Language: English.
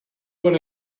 what